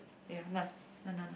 ya nah nah nah nah